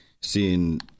seeing